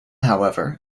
however